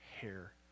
hair